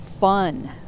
fun